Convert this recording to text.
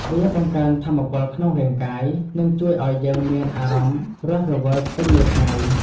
វាបង្កើនថាមពលក្នុងរាងកាយ និងជួយឱ្យយើងមានអារម្មណ៍រស់រវើកពេញមួយថ្ងៃ។